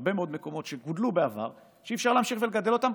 בהרבה מאוד מקומות ואי-אפשר להמשיך ולגדל אותם,